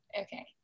Okay